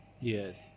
Yes